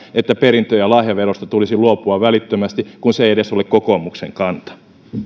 että perintö ja lahjaverosta tulisi luopua välittömästi kun se ei edes ole kokoomuksen kanta